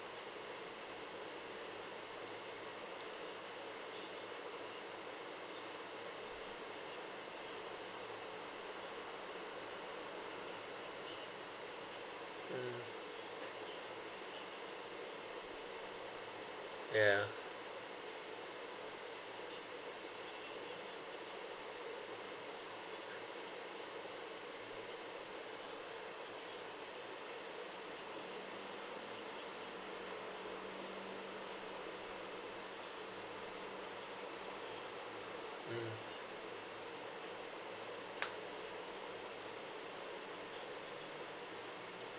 yeah mm